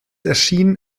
erschien